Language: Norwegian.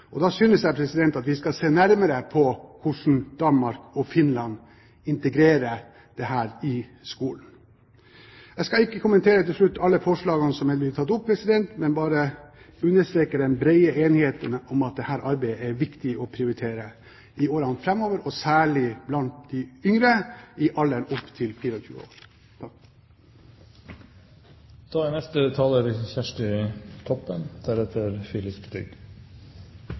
Da synes jeg vi skal se nærmere på hvordan Danmark og Finland integrerer dette i skolen. Jeg skal ikke kommentere alle forslagene som er blitt tatt opp, men bare understreke den brede enigheten om at dette arbeidet er det viktig å prioritere i årene framover, og særlig blant de yngre i alderen opp til 24 år. Trass i fire handlingsplanar sidan 1990 for å førebyggja abort er